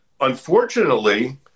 unfortunately